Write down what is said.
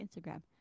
Instagram